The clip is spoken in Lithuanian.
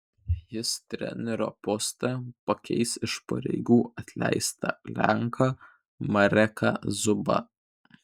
jis trenerio poste pakeis iš pareigų atleistą lenką mareką zubą